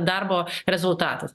darbo rezultatas